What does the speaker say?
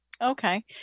Okay